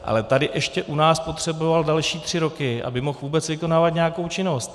Ale u nás ještě potřeboval další tři roky, aby mohl vůbec vykonávat nějakou činnost.